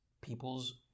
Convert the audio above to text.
people's